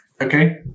Okay